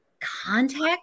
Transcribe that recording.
context